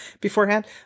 beforehand